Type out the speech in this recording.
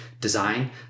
design